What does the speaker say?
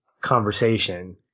conversation